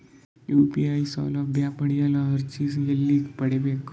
UPI ಸೌಲಭ್ಯ ಪಡೆಯಲು ಅರ್ಜಿ ಎಲ್ಲಿ ಪಡಿಬೇಕು?